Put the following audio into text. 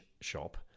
shop